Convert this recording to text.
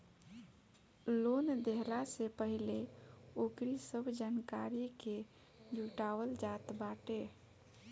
loan देहला से पहिले ओकरी सब जानकारी के जुटावल जात बाटे